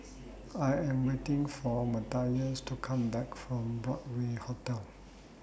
I Am waiting For Mathias to Come Back from Broadway Hotel